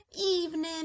Evening